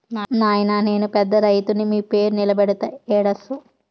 నాయినా నేను పెద్ద రైతుని మీ పేరు నిలబెడతా ఏడ్సకు